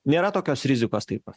nėra tokios rizikos taip pat